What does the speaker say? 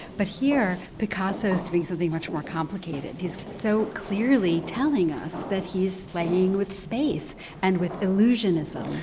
but here, picasso's doing something much more complicated. he's so clearly telling us that he's playing with space and with illusionism.